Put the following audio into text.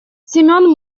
семён